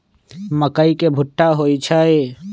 मकई के भुट्टा होई छई